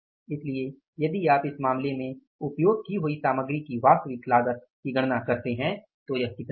इसलिए यदि आप इस मामले में उपयोग की हुई सामग्री की वास्तविक लागत की गणना करते हैं तो यह कितना होगा